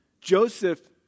Joseph